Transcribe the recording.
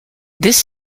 this